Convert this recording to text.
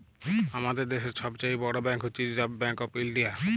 আমাদের দ্যাশের ছব চাঁয়ে বড় ব্যাংক হছে রিসার্ভ ব্যাংক অফ ইলডিয়া